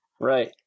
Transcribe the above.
Right